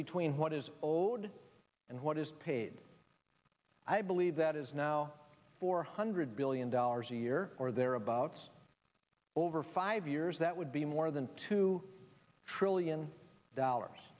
between what is old and what is paid i believe that is now four hundred billion dollars a year or thereabouts over five years that would be more than two trillion dollars